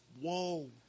whoa